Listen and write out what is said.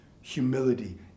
humility